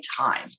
time